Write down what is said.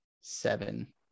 seven